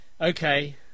Okay